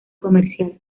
comercial